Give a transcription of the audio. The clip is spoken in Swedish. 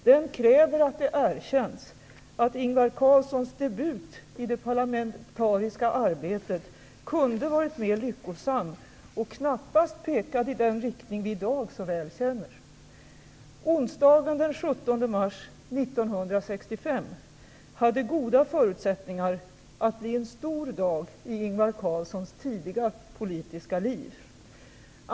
Den kräver att det erkänns att Ingvar Carlssons debut i det parlamentariska arbetet kunde varit mer lyckosam och knappast pekade i den riktning vi i dag så väl känner. Onsdagen den 17 mars 1965 hade goda förutsättningar att bli en stor dag i Ingvar Carlssons tidiga politiska liv.